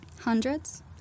Hundreds